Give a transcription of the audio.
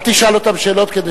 ראש הממשלה החליט.